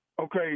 Okay